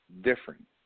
different